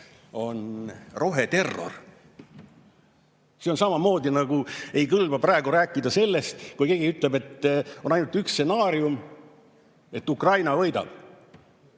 on roheterror. See on samamoodi, nagu ei kõlba praegu rääkida sellest, kui keegi ütleb, et on ainult üks stsenaarium: Ukraina võidab.